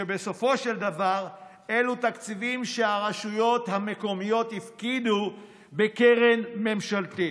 ובסופו של דבר אלו תקציבים שהרשויות המקומיות הפקידו בקרן ממשלתית.